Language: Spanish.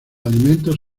alimentos